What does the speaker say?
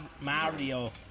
Mario